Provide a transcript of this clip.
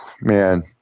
Man